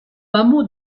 hameau